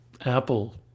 Apple